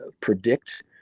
predict